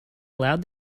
allowed